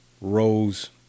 rose